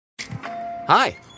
hi